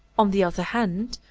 on the other hand,